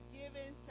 given